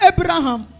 Abraham